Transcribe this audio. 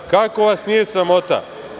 Kako vas nije sramota?